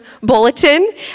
bulletin